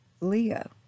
Leo